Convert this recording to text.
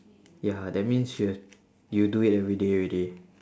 ya that means you have you do it everyday already